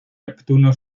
neptuno